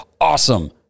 awesome